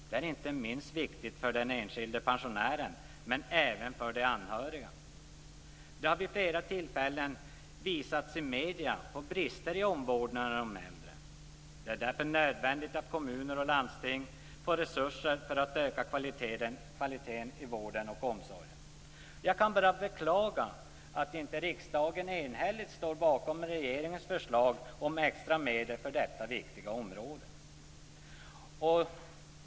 Det är inte minst viktigt för den enskilde pensionären, men även för de anhöriga. Det har vid flera tillfällen i medierna visats på brister i omvårdnaden om de äldre. Det är därför nödvändigt att kommuner och landsting får resurser för att öka kvaliteten i vården och omsorgen. Jag kan bara beklaga att inte riksdagen enhälligt står bakom regeringens förslag om extra medel för detta viktiga område.